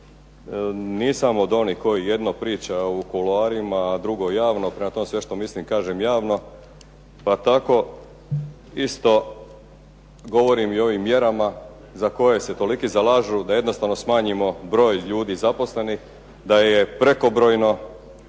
Nisam od onih koji jedno priča u kuloarima, a drugo javno, prema tome sve što mislim kažem javno pa tako isto govorim i o ovim mjerama za koje se toliki zalažu da jednostavno smanjimo broj ljudi zaposlenih, da je prekobrojni